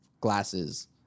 glasses